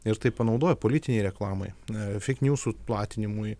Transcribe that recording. ir tai panaudojo politinei reklamai na feikniūsų platinimui